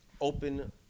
open